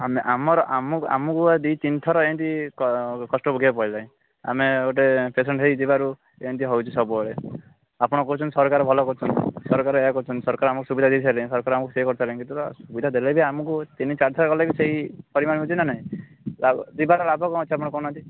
ଆମେ ଆମର ଆମକୁ ଆଉ ଦୁଇ ତିନିଥର ଏମିତି କ କଷ୍ଟ ଭୋଗିବାକୁ ପଡ଼ିଲାଣି ଆମେ ଗୋଟେ ପେସେଣ୍ଟ୍ ହେଇ ଯିବାରୁ ଏମିତି ହେଉଛି ସବୁବେଳେ ଆପଣ କହୁଛନ୍ତି ସରକାର ଭଲ କରୁଛନ୍ତି ସରକାର ଏହା କରୁଛନ୍ତି ସରକାର ଆମକୁ ସୁବିଧା ଦେଇ ସାଇଲେଣି ସରକାର ଆମକୁ ସେଇଆ କରି ସାରିଲେଣି ସୁବିଧା ଦେଲେ ବି ଆମକୁ ତିନି ଚାରି ଥର ଗଲେ ବି ସେହି ପରିମାଣ ହେଉଛି ନା ନାଇଁ ଆଉ ଯିବାଟା ଲାଭ କ'ଣ ଅଛି ଆପଣ କହୁ ନାହାନ୍ତି